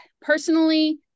Personally